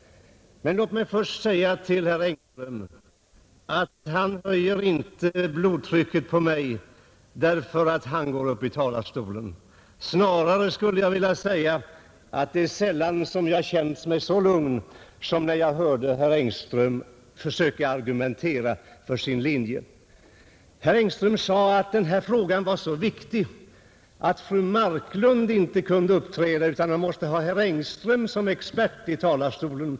Men jag vill först säga till herr Engström, att han höjer inte blodtrycket på mig därför att han går upp i talarstolen. Snarare skulle jag vilja säga att jag sällan känt mig så lugn som när jag hörde herr Engström försöka argumentera för sin linje. Herr Engström sade att frågan var så viktig att fru Marklund inte kunde uppträda utan att man måste ha herr Engström som expert i talarstolen.